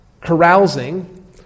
carousing